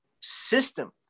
system